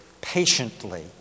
patiently